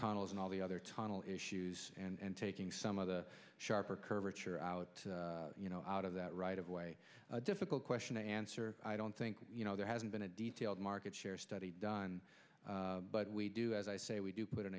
tunnels and all the other tunnel issues and taking some of the sharper curvature out you know out of that right of way a difficult question to answer i don't think you know there hasn't been a detailed market share study done but we do as i say we do put an